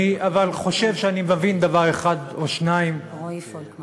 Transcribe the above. אבל אני חושב שאני מבין דבר אחד או שניים באנושיות.